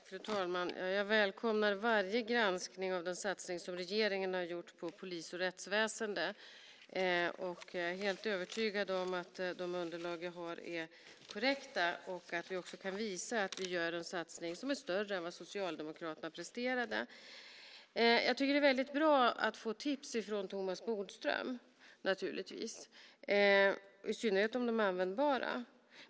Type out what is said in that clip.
Fru talman! Jag välkomnar varje granskning av den satsning som regeringen har gjort på polis och rättsväsende. Jag är helt övertygad om att de underlag jag har är korrekta och att vi också kan visa att vi gör en satsning som är större än vad Socialdemokraterna presterade. Det är väldigt bra att få tips från Thomas Bodström, och i synnerhet om de är användbara.